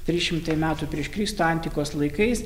trys šimtai metų prieš kristų antikos laikais